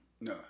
No